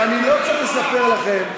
ואני לא צריך לספר לכם,